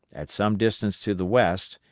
at some distance to the west,